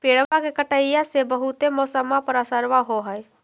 पेड़बा के कटईया से से बहुते मौसमा पर असरबा हो है?